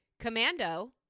Commando